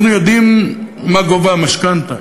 אנחנו יודעים מה גובה המשכנתה,